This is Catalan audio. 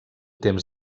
temps